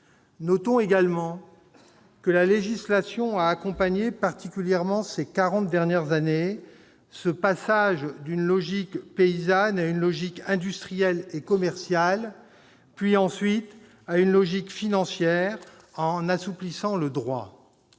Notons également que la législation a accompagné, particulièrement ces quarante dernières années, ce passage d'une logique paysanne à une logique industrielle et commerciale, puis à une logique financière, en assouplissant le droit.